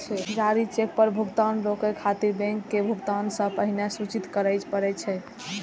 जारी चेक पर भुगतान रोकै खातिर बैंक के भुगतान सं पहिने सूचित करय पड़ै छै